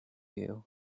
you